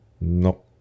No